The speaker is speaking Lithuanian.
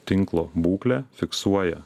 tinklo būklę fiksuoja